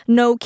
no